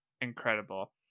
incredible